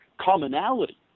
commonality